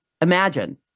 Imagine